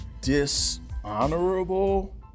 dishonorable